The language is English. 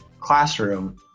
classroom